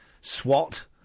SWAT